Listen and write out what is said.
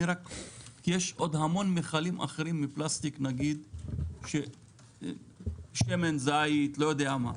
יש עוד הרבה מכלים אחרים מפלסטיק כמו שמן זית וכדומה.